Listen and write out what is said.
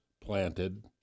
planted